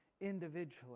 individually